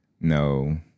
No